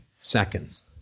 seconds